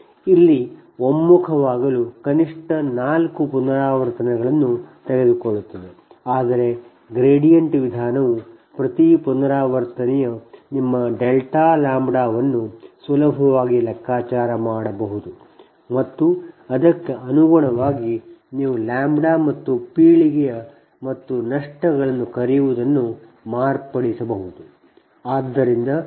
ಇಲ್ಲಿ ಒಮ್ಮುಖವಾಗಲು ಕನಿಷ್ಠ ನಾಲ್ಕು ಪುನರಾವರ್ತನೆಗಳನ್ನು ತೆಗೆದುಕೊಳ್ಳುತ್ತಿದೆ ಆದರೆ ಗ್ರೇಡಿಯಂಟ್ ವಿಧಾನವು ಪ್ರತಿ ಪುನರಾವರ್ತನೆಯು ನಿಮ್ಮ ಡೆಲ್ಟಾ ಲ್ಯಾಂಬ್ಡಾವನ್ನು ಸುಲಭವಾಗಿ ಲೆಕ್ಕಾಚಾರ ಮಾಡಬಹುದು ಮತ್ತು ಅದಕ್ಕೆ ಅನುಗುಣವಾಗಿ ನೀವು ಲ್ಯಾಂಬ್ಡಾ ಮತ್ತು ಪೀಳಿಗೆಯ ಮತ್ತು ನಷ್ಟಗಳನ್ನು ಕರೆಯುವದನ್ನು ಮಾರ್ಪಡಿಸಬಹುದು